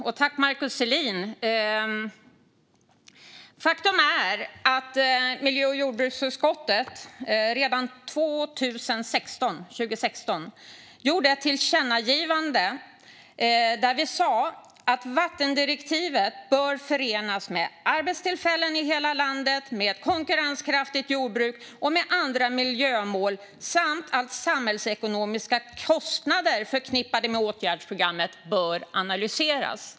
Fru talman! Faktum är att miljö och jordbruksutskottet redan 2016 gjorde ett tillkännagivande där utskottet sa att vattendirektivet bör förenas med arbetstillfällen i hela landet, med konkurrenskraftigt jordbruk och med andra miljömål samt att samhällsekonomiska kostnader förknippade med åtgärdsprogrammet bör analyseras.